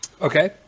Okay